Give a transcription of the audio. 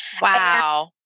Wow